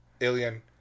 Alien